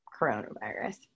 coronavirus